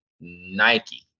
Nike